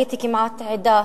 הייתי כמעט עדה